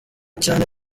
cyane